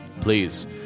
please